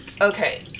Okay